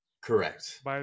Correct